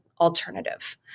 alternative